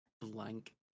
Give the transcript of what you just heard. blank